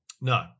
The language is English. No